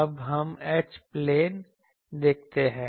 अब हम H plane देखते हैं